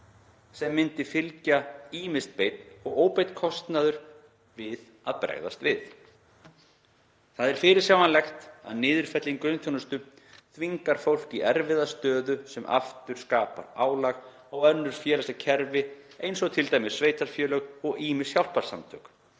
Sem myndi fylgja ýmis beinn og óbeinn kostnaður við að bregðast við. Það er fyrirsjáanlegt að niðurfelling grunnþjónustu þvingar fólk í erfiða stöðu sem aftur skapar álag á önnur félagsleg kerfi eins og til dæmis sveitarfélög og ýmis hjálparsamtök,